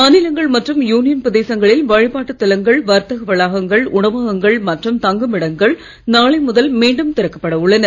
மாநிலங்கள் மற்றும் யூனியன் பிரதேசங்களில் வழிபாட்டுத் தலங்கள் வர்த்தக வளாகங்கள் உணவகங்கள் மற்றும் தங்குமிடங்கள் நாளை முதல் மீண்டும் திறக்கப்பட உள்ளன